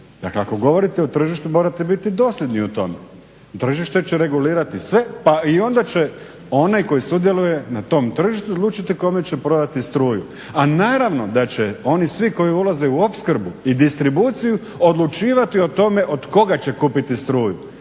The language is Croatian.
Dakle, ako govorite o tržištu morate biti dosljedni u tome. Tržište će regulirati sve pa i onda će onaj koji sudjeluje na tom tržištu odlučiti kome će prodati struju, a naravno da će oni svi koji ulaze u opskrbu i distribuciju odlučivati o tome od koga će kupiti struju.